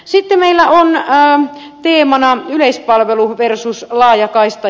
sitten meillä on teemana yleispalvelu versus laajakaista